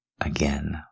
again